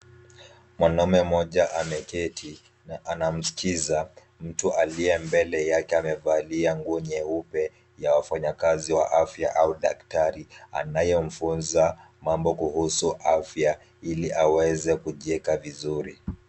Mwanaume mmoja ameketi na anamsikiza mtu aliyembele yake amevalia nguo nyeupe, ya wafanyakazi wa afya au daktari anayefunza mambo kuhusu afya ili aweze kujiweka vizuri.